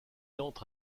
entre